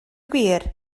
gwir